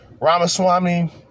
Ramaswamy